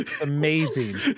amazing